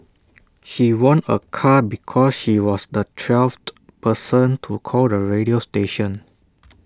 she won A car because she was the twelfth person to call the radio station